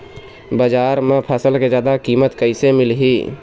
बजार म फसल के जादा कीमत कैसे मिलही?